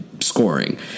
scoring